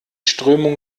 strömung